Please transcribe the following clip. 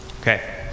Okay